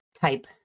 Type